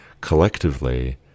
collectively